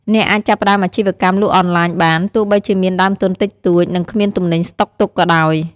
អ្នកអាចចាប់ផ្ដើមអាជីវកម្មលក់អនឡាញបាន ទោះបីជាមានដើមទុនតិចតួច និងគ្មានទំនិញស្តុកទុកក៏ដោយ។